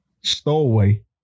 Stowaway